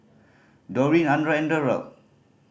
Dorene Andra and Derald